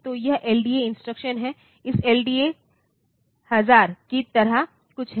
तो यह LDA instruction है इस LDA 1000 की तरह कुछ है